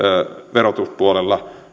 verotuspuolella